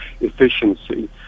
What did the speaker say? efficiency